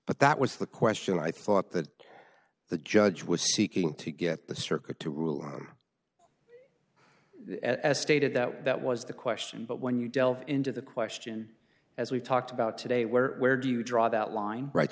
but that was the question i thought that the judge was seeking to get the circuit to rule as stated that that was the question but when you delve into the question as we've talked about today where where do you draw that line right